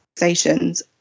organisations